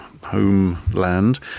homeland